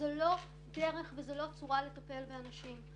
זאת לא דרך וזאת לא צורה לטפל באנשים.